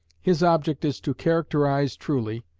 his object is to characterize truly,